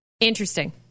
Interesting